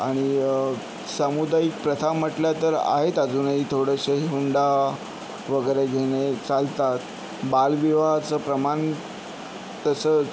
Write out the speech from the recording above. आणि सामुदायिक प्रथा म्हटल्या तर आहेत अजूनही थोडेसे हुंडा वगैरे घेणे चालतात बालविवाहाचं प्रमाण तसं